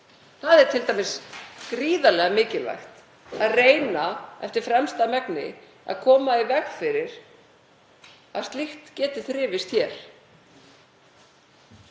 Það er gríðarlega mikilvægt að reyna eftir fremsta megni að koma í veg fyrir að slíkt geti þrifist hér.